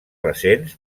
recents